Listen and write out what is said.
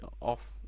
off